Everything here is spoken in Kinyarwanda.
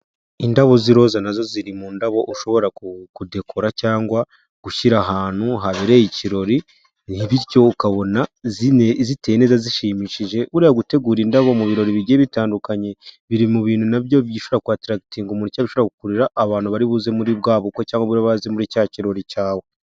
Indabo z'iroza nazo ziri mu ndabo ushobora kudekora cyangwa gushyira ahantu habereye ikirori bityo ukabona ziteye neza zishimishije, buriya gutegura indabo mu birori bigiye bitandukanye biri mu bintu nabyo bifasha kwataragitinga umuntu cyangwa bishobora gukururira abantu bari buze muri bwa bukwe cyangwa bari buze muri cya kirori cyawe.